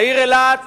העיר אילת